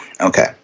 Okay